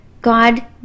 God